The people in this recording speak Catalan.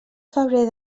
febrer